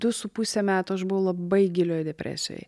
du su puse metų aš buvau labai gilioj depresijoj